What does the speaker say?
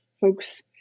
folks